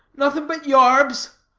nothing but yarbs?